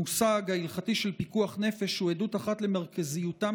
המושג ההלכתי של פיקוח נפש הוא עדות אחת למרכזיותם